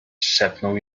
szepnął